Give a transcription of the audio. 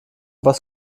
was